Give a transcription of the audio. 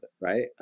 right